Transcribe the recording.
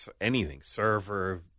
anything—server